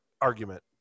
argument